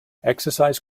exercise